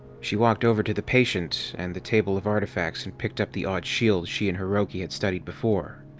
she walked over to the patient and the table of artifacts and picked up the odd shield she and hiroki had studied before.